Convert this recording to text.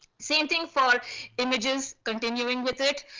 same thing for images, continuing with it,